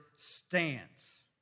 stance